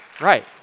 Right